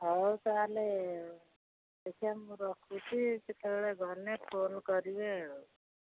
ହଉ ତା'ହେଲେ ଦେଖିବା ମୁଁ ରଖୁଛି ସେତେବେଳେ ଗଲେ ଫୋନ କରିବେ ଆଉ